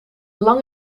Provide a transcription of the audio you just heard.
lang